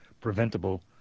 Preventable